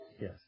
Yes